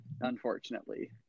unfortunately